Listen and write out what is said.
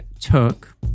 took